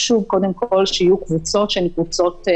חשוב קודם כל שיהיו קבוצות מובחנות.